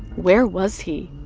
where was he?